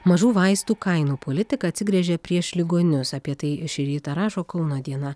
mažų vaistų kainų politika atsigręžia prieš ligonius apie tai šį rytą rašo kauno diena